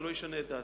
זה לא ישנה את דעתי.